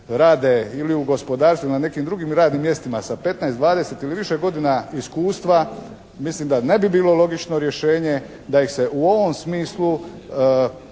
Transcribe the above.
rade ili u gospodarstvu ili u nekim drugim radnim mjestima sa 15, 20 ili više godina iskustva, mislim da ne bi bilo logično rješenje da ih se u ovom smislu